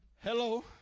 Hello